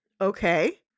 Okay